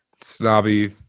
snobby